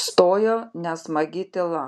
stojo nesmagi tyla